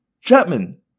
Chapman